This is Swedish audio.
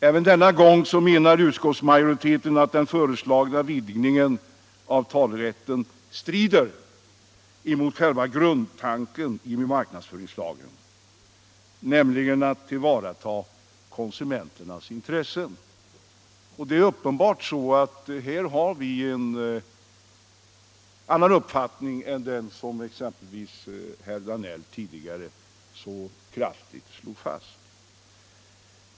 Även denna gång finner utskottsmajoriteten att den föreslagna utvidgningen av talerätten strider mot själva grundtanken i marknadsföringslagen, nämligen att tillvarata konsumenternas intressen. Det är uppenbart att vi här har en annan uppfattning än den som exempelvis herr Danell tidigare så kraftigt slog fast.